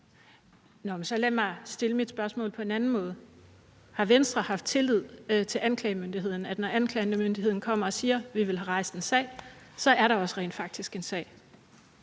lad mig stille mit spørgsmål på en anden måde. Har Venstre haft tillid til anklagemyndigheden: at når anklagemyndigheden kommer og siger, at de vil have rejst en sag, er der også rent faktisk en sag?